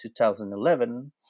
2011